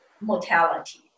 mortality